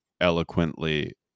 eloquently